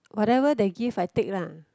whatever they give I take lah